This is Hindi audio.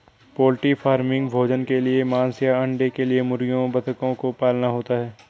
पोल्ट्री फार्मिंग भोजन के लिए मांस या अंडे के लिए मुर्गियों बतखों को पालना होता है